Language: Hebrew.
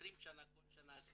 20 שנה, כל שנה עשינו,